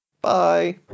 Bye